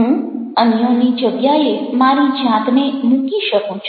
હું અન્યોની જગ્યાએ મારી જાતને મૂકી શકું છું